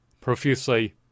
profusely